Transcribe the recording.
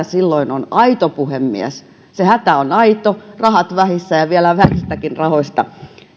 silloin on aito puhemies se hätä on aito rahat vähissä ja vielä vähistäkin rahoista